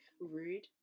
Rude